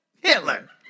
Hitler